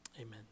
amen